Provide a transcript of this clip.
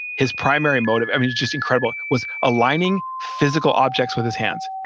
his primary motive, i mean, just incredible, was aligning physical objects with his hands.